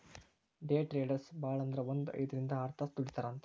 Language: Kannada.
ಡೆ ಟ್ರೆಡರ್ಸ್ ಭಾಳಂದ್ರ ಒಂದ್ ಐದ್ರಿಂದ್ ಆರ್ತಾಸ್ ದುಡಿತಾರಂತ್